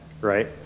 right